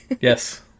yes